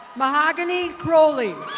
mahogany rolley.